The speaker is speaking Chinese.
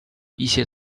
一些